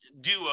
duo